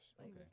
Okay